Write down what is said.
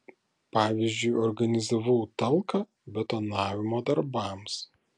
pavyzdžiui organizavau talką betonavimo darbams